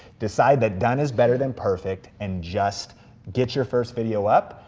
decide that done is better than perfect, and just get your first video up,